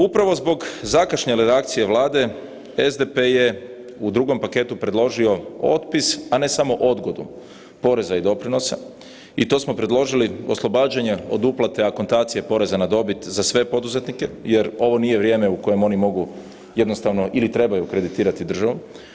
Upravo zbog zakašnjele reakcije Vlade, SDP je u drugom paketu predložio otpis, a ne samo odgodu poreza i doprinosa i to smo predložili oslobađanje od uplate akontacije poreza na dobit za sve poduzetnike jer ovo nije vrijeme u kojem oni mogu jednostavno ili trebaju kreditirati državu.